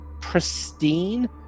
pristine